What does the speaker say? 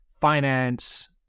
finance